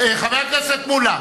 חבר הכנסת מולה,